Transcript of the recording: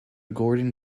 gordon